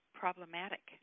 problematic